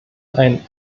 einen